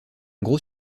gros